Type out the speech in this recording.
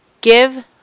Give